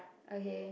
okay